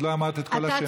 עוד לא אמרת את כל השמות,